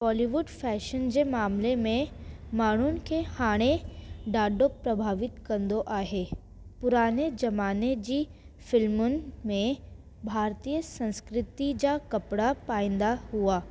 Bollywood fashion जे मामिले में माण्हुनि खे हाणे ॾाढो प्रभावित कंदो आहे पुराने ज़माने जी फ़िल्मुनि में भारतीय संस्कृती जा कपिड़ा पाईंदा हुआ